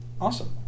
Awesome